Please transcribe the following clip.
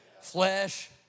flesh